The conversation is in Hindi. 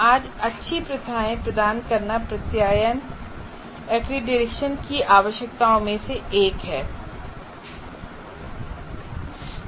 आज अच्छी प्रथाएं प्रदान करना प्रत्यायन एक्रीडिटेशनकी आवश्यकताओं में से एक है